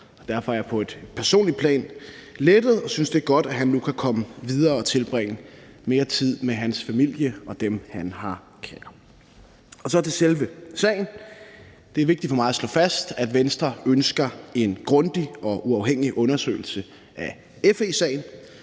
Derfor er jeg på et personligt plan lettet og synes, at det er godt, at han nu kan komme videre og tilbringe mere tid med hans familie og dem, han har kær. Så til selve sagen. Det er vigtigt for mig at slå fast, at Venstre ønsker en grundig og uafhængig undersøgelse af FE-sagen.